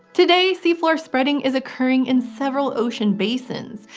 today, seafloor spreading is occuring in several ocean basins,